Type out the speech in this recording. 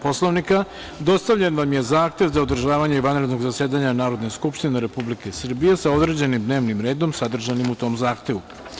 Poslovnika, dostavljen vam je Zahtev za održavanje vanrednog zasedanja Narodne skupštine Republike Srbije sa određenim dnevnim redom sadržanim u tom zahtevu.